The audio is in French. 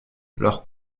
leurs